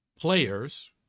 players